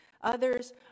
Others